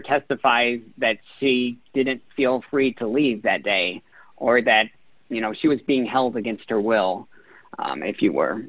testify that she didn't feel free to leave that day or that you know she was being held against her will if you were